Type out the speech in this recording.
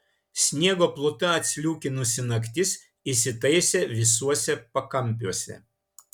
sniego pluta atsliūkinusi naktis įsitaisė visuose pakampiuose